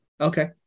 Okay